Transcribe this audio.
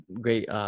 great